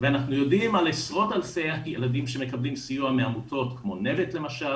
ואנחנו יודעים על עשרות אלפי ילדים שמקבלים סיוע מעמותות כמו "נבט" למשל